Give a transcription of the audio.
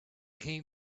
came